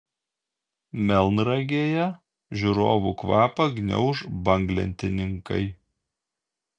melnragėje žiūrovų kvapą gniauš banglentininkai